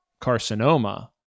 carcinoma